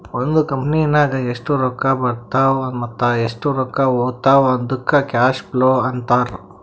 ಒಂದ್ ಕಂಪನಿನಾಗ್ ಎಷ್ಟ್ ರೊಕ್ಕಾ ಬರ್ತಾವ್ ಮತ್ತ ಎಷ್ಟ್ ರೊಕ್ಕಾ ಹೊತ್ತಾವ್ ಅದ್ದುಕ್ ಕ್ಯಾಶ್ ಫ್ಲೋ ಅಂತಾರ್